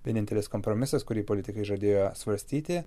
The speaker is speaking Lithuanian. vienintelis kompromisas kurį politikai žadėjo svarstyti